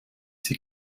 sie